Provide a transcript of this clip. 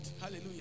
Hallelujah